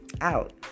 out